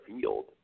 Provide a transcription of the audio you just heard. field